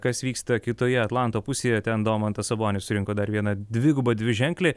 kas vyksta kitoje atlanto pusėje ten domantas sabonis surinko dar vieną dvigubą dviženklį